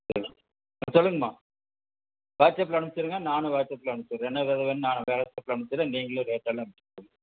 சரி ஆ சொல்லுங்கம்மா வாட்ஸ்அப்பில் அனுப்புச்சிருங்க நானும் வாட்ஸ்அப்பில் அனுப்புச்சிட்றேன் என்ன வித வேணும் நான் வாட்ஸ்அப்பில் அனுப்புச்சிட்றேன் நீங்களும் ரேட்டெல்லாம் அனுப்புச்சி விட்ருங்க